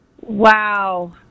Wow